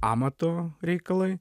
amato reikalai